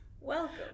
Welcome